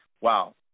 Wow